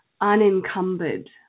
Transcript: unencumbered